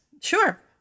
Sure